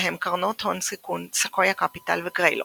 בהם קרנות הון הסיכון סקויה קפיטל וגריילוק.